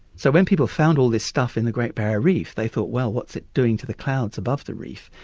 so when people found all this stuff in the great barrier reef, they thought, well, what's it doing to the clouds above the reef?